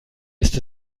ist